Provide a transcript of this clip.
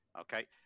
Okay